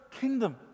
kingdom